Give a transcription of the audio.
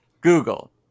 Google